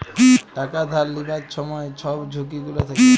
টাকা ধার লিবার ছময় ছব ঝুঁকি গুলা থ্যাকে